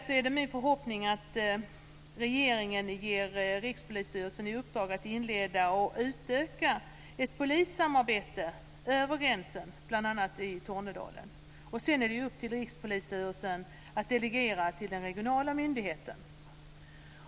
Det är min förhoppning att regeringen ger Rikspolisstyrelsen i uppdrag att inleda och utöka ett polissamarbete över gränsen, bl.a. i Tornedalen. Det är sedan upp till Rikspolisstyrelsen att delegera uppgiften till den regionala myndigheten.